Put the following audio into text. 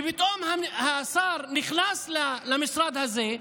ופתאום השר נכנס למשרד הזה,